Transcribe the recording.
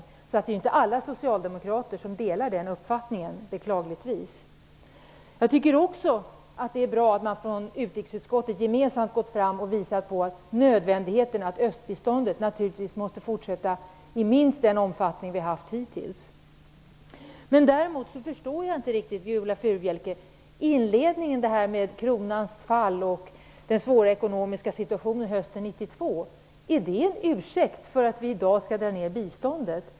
Det är alltså inte alla socialdemokrater som delar den uppfattningen, vilket jag beklagar. Jag tycker också att det är bra att man från utrikesutskottet gemensamt har gått fram och visat på nödvändigheten av att östbiståndet naturligtvis måste fortsätta i minst den omfattning som det har haft hittills. Däremot förstår jag inte riktigt det Viola Furubjelke sade i inledningen av sitt anförande, om kronans fall och den svåra ekonomiska situationen hösten 1992 - är det en ursäkt för att vi i dag skall dra ner biståndet?